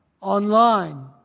online